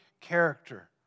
character